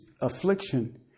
affliction